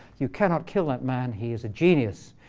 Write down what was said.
you cannot kill that man. he is a genius.